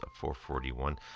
441